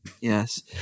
Yes